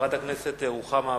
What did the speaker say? חברת הכנסת רוחמה אברהם-בלילא,